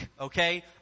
Okay